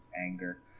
anger